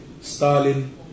Stalin